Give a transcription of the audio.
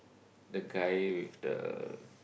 the guy with the